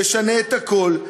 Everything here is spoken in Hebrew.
תשנה את הכול,